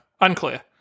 Unclear